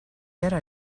era